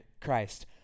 Christ